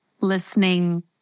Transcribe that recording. listening